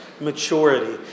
maturity